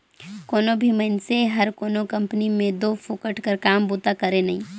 कोनो भी मइनसे हर कोनो कंपनी में दो फोकट कर काम बूता करे नई